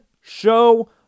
show